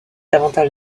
avantage